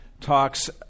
talks